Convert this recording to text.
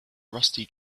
rusty